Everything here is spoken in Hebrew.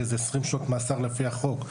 וזה 20 שנות מאסר לפי החוק.